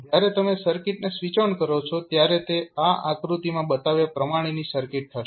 જ્યારે તમે સર્કિટને સ્વીચ ઓન કરો છો ત્યારે તે આ આકૃતિમાં બતાવ્યા પ્રમાણેની સર્કિટ થશે